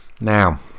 Now